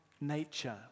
nature